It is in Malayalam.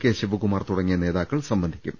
കെ ശിവ കുമാർ തുടങ്ങിയ നേതാക്കൾ സംബന്ധിക്കും